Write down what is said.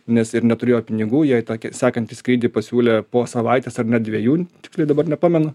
nes ir neturėjo pinigų jai takį sekantį skrydį pasiūlė po savaitės ar net dviejų tiksliai dabar nepamenu